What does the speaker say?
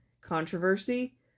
controversy